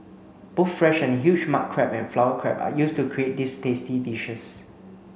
both fresh and huge mud crab and flower crab are used to create these tasty dishes